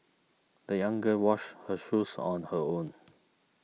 the young girl washed her shoes on her own